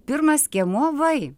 pirmas skiemuo vai